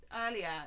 earlier